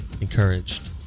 encouraged